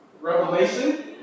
Revelation